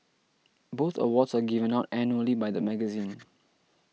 both awards are given out annually by the magazine